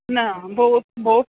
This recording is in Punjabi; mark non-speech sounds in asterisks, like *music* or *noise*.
ਨਾ *unintelligible*